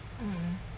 mm